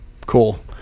cool